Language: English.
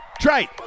trite